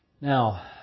Now